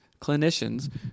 clinicians